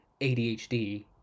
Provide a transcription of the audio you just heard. ADHD